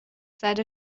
زده